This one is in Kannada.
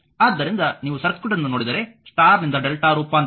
ಆದ್ದರಿಂದ ನೀವು ಸರ್ಕ್ಯೂಟ್ ಅನ್ನು ನೋಡಿದರೆ ಸ್ಟಾರ್ ನಿಂದ Δ ರೂಪಾಂತರ